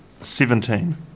Seventeen